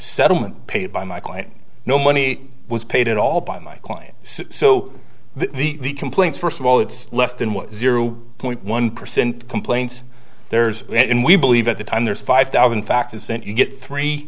settlement paid by my client no money was paid at all by my client so the complaints first of all it's less than one zero point one percent complaints theirs and we believe at the time there's five thousand faxes sent you get three